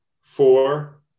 Four